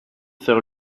faire